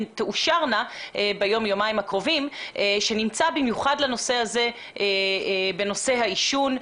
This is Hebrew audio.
תאושרנה ביום-יומיים הקרובים במיוחד בנושא העישון.